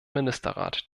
ministerrat